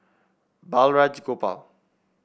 Balraj Gopal